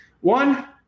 one